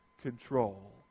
control